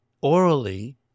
orally